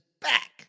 back